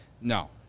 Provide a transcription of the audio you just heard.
No